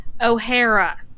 O'Hara